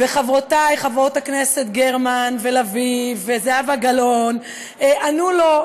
וחברותי חברות הכנסת גרמן ולביא וזהבה גלאון ענו לו,